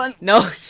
no